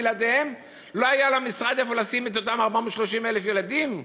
בלעדיהם לא היה למשרד איפה לשים את אותם 430,000 ילדים.